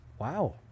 Wow